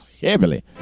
heavily